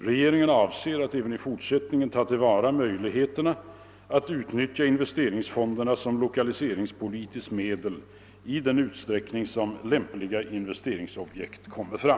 Regeringen avser att även i fortsättningen ta till vara möjligheterna att utnyttja investeringsfonderna som lokaliseringspolitiskt medel i den utsträckning som lämpliga investeringsobjekt kommer fram.